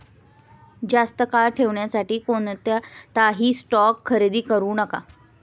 जास्त काळ ठेवण्यासाठी कोणताही स्टॉक खरेदी करू नका